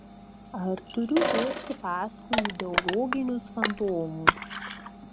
ar turiu bėgti paskui ideologinius fantomus